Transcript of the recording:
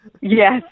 Yes